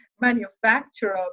manufacturer